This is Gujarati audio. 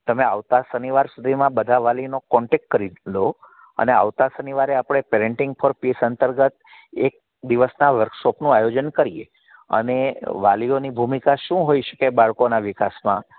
તમે આવતા શનિવાર સુધીમાં બધા વાલીનો કોન્ટેક્ટ કરી લો અને આવતા શનિવારે આપણે પેરેન્ટિંગ ફોર પીસ અંતર્ગત એક દિવસના વર્કશોપણું આયોજન કરીએ અને વાલીઓનની ભૂમિકા શું હોય શકે બાળકોના વિકાસમાં